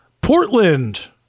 Portland